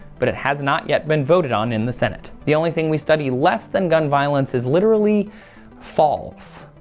but it has not yet been voted on in the senate. the only thing we study less than gun violence is literally false,